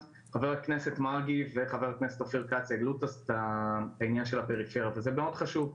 ח"כ מרגי וח"כ אופיר כץ העלו את העניין של הפריפריה וזה דבר מאד חשוב.